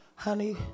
Honey